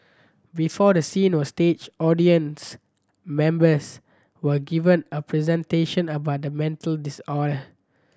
before the scene were staged audience members were given a presentation about the mental disorder